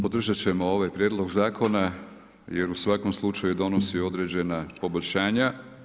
Podržat ćemo ovaj prijedlog zakona jer u svakom slučaju donosi određena poboljšanja.